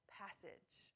passage